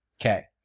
Okay